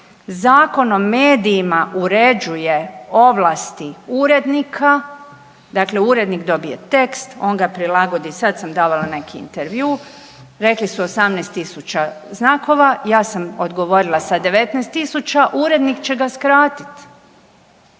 Zakon o medijima uređuje ovlasti urednika. Dakle urednik dobije tekst. On ga prilagodi. Sada sam davala neki intervju, rekli su 18 tisuća znakova. Ja sam odgovorila sa 19 tisuća. Urednik će ga skratiti.